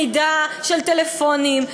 מידע על טלפונים,